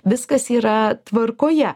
viskas yra tvarkoje